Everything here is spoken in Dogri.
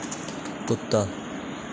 कुत्ता